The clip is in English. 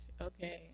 Okay